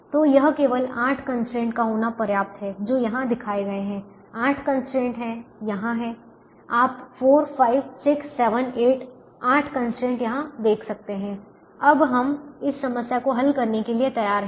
तो यह केवल आठ कंस्ट्रेंट का होना पर्याप्त है जो यहां दिखाए गए हैं आठ कंस्ट्रेंट यहां हैं आप 4 5 6 7 8 कंस्ट्रेंट को यहां देख सकते हैं अब हम इस समस्या को हल करने के लिए तैयार हैं